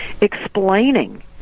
explaining